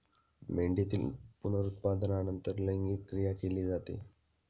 मेंढीतील पुनरुत्पादनानंतर लैंगिक क्रिया केली जाते